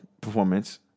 performance